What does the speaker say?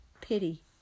pity